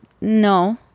No